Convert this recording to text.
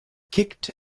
kicked